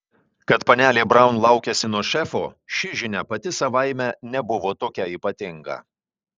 kad panelė braun laukiasi nuo šefo ši žinia pati savaime nebuvo tokia ypatinga